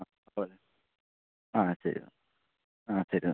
അപ്പോളെ ആ ശരി എന്നാൽ ആ ശരി എന്നാൽ